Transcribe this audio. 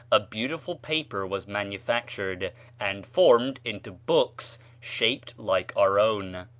a beautiful paper was manufactured and formed into books shaped like our own.